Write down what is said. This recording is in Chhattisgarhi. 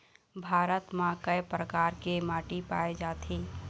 भारत म कय प्रकार के माटी पाए जाथे?